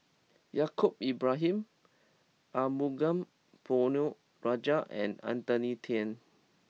Yaacob Ibrahim Arumugam Ponnu Rajah and Anthony Then